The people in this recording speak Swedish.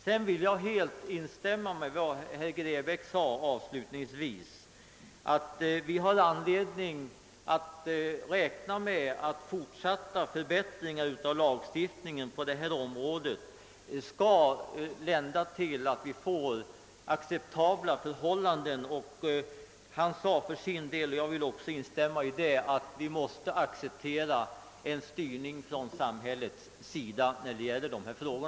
Slutligen vill jag helt instämma i vad herr Grebäck sade avslutningsvis, nämligen att vi har anledning att räkna med att fortsatta förbättringar av lagstiftningen på detta område skall leda till att vi får acceptabla förhållanden. Han sade vidare, och jag vill även instämma 1 det, att vi måste acceptera en styrning från samhällets sida på detta område.